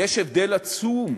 יש הבדל עצום.